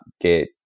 get